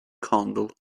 candle